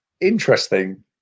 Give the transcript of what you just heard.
Interesting